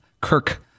Kirk